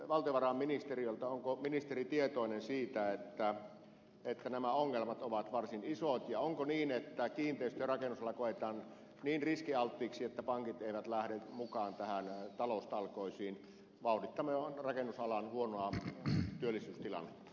kysynkin valtiovarainministeriltä onko ministeri tietoinen siitä että nämä ongelmat ovat varsin isot ja onko niin että kiinteistö ja rakennusala koetaan niin riskialttiiksi että pankit eivät lähde mukaan näihin taloustalkoisiin vauhdittamaan rakennusalan huonoa työllisyystilannetta